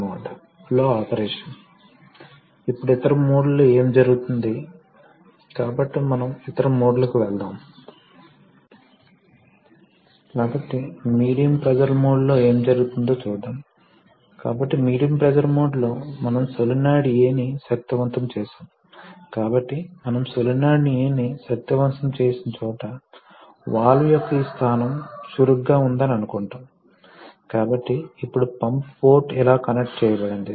ఉదాహరణకు వాటికి విరుద్ధంగా న్యూమాటిక్ సిస్టమ్స్ కు అవి అవసరం లేదు మనకు రిటర్న్ లైన్ అవసరం లేదు ఎందుకంటే ఇది గాలిని విడుదల చేయగలదు అది పని చేసిన తర్వాత మరియు అది అట్మోస్ఫెరిక్ ప్రెషర్ వచ్చిన తర్వాత మీరు వాతావరణంలోకి గాలి ని విడుదల చేయవచ్చు తద్వారా రిటర్న్ లైన్ ఖర్చును ఆదా చేయవచ్చు కానీ హైడ్రాలిక్స్ విషయంలో అలా కాదు మీరు రిటర్న్ లైన్ కలిగి ఉండాలి